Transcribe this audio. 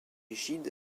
gide